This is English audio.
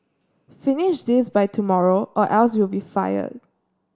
finish this by tomorrow or else you'll be fired